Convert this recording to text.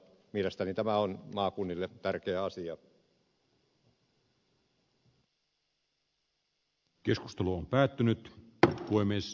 mielestäni tämä on maakunnille tärkeä asia